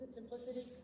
simplicity